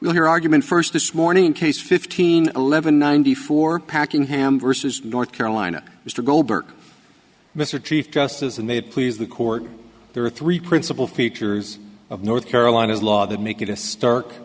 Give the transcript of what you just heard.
your argument first this morning in case fifteen eleven ninety four packing him versus north carolina mr goldberg mr chief justice and may please the court there are three principal features of north carolina's law that make it a stark